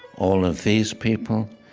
all of these people,